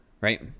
right